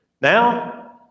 now